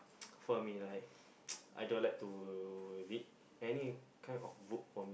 for me right I don't like to read any kind of book for me